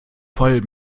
voll